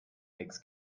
makes